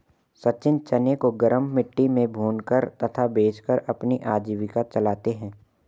सचिन चने को गरम मिट्टी में भूनकर तथा बेचकर अपनी आजीविका चलाते हैं